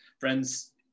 friends